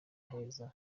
heza